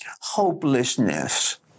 Hopelessness